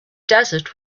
desert